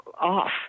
Off